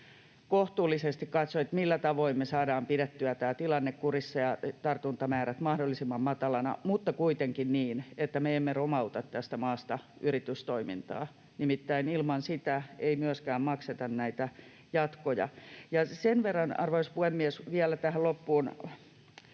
kohtuullisesti katsoa, millä tavoin me saadaan pidettyä tämä tilanne kurissa ja tartuntamäärät mahdollisimman matalina mutta kuitenkin niin, että me emme romauta tästä maasta yritystoimintaa — nimittäin ilman sitä ei myöskään makseta näitä jatkoja. Ja sen verran, arvoisa puhemies, vielä tähän loppuun